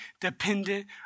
dependent